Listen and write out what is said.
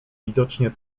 widocznie